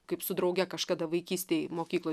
kaip su drauge kažkada vaikystėj mokykloj